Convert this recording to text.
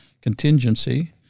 contingency